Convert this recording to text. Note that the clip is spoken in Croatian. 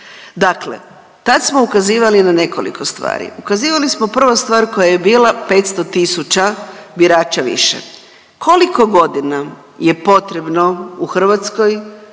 Dakle, tad smo ukazivali na nekoliko stvari. Ukazivali prva stvar koja je bila 500 tisuća birača više. Koliko godina je potrebno u Hrvatskoj,